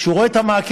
כשהוא רואה את המעקה,